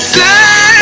say